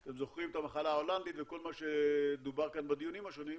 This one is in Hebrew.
אתם זוכרים את המחלה ההולנדית וכל מה שדובר כאן בדיונים השונים,